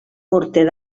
morter